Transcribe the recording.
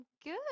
good